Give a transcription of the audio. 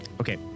Okay